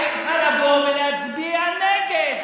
היית צריכה לבוא ולהצביע נגד.